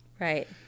Right